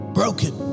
broken